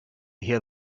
hear